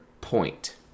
point